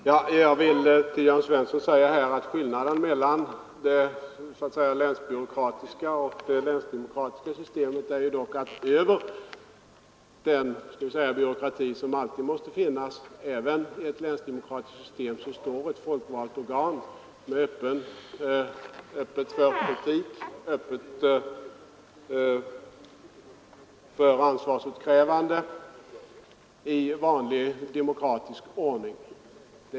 Herr talman! Jag vill till Jörn Svensson säga att skillnaden mellan det länsbyråkratiska och det länsdemokratiska systemet dock är att över den byråkrati som alltid måste finnas, även i ett länsdemokratiskt system, står ett folkvalt organ som är öppet för kritik och för ansvarsutkrävande i vanlig demokratisk ordning.